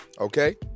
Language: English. okay